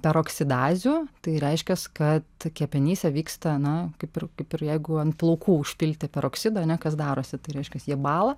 peroksidazių tai reiškias kad kepenyse vyksta na kaip ir kaip ir jeigu ant plaukų užpilti peroksidą ane kas darosi tai reiškias jie bala